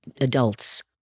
adults